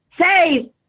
save